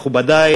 מכובדי,